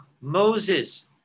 Moses